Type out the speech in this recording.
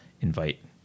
invite